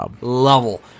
level